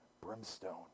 brimstone